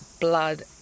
blood